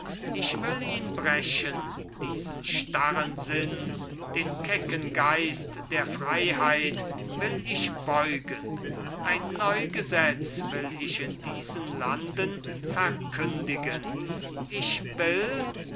ich will ihn brechen diesen starren sinn den kecken geist der freiheit will ich beugen ein neu gesetz will ich in diesen landen verkünden ich will